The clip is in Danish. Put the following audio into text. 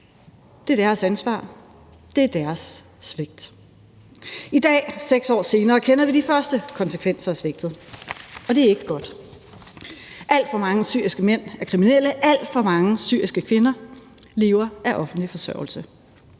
Det er deres ansvar, det er deres svigt. I dag 6 år senere kender vi de første konsekvenser af svigtet, og det er ikke godt. Alt for mange syriske mænd er kriminelle, alt for mange syriske kvinder lever af offentlig forsørgelse.